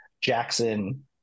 Jackson